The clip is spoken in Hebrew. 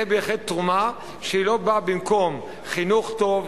זה בהחלט תרומה שלא באה במקום חינוך טוב,